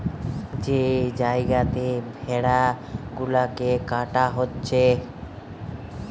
যে জাগাতে ভেড়া গুলাকে কাটা হচ্ছে